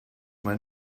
mein